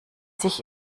sich